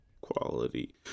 quality